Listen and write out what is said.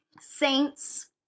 saints